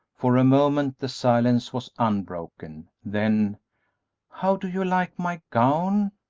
for a moment the silence was unbroken then how do you like my gown?